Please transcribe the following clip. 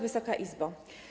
Wysoka Izbo!